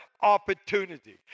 opportunity